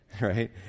right